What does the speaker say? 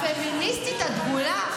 הפמיניסטית הדגולה,